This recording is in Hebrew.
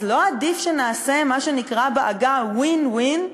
אז לא עדיף שנעשה מה שנקרא בעגה win-win?